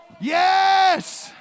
yes